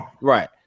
right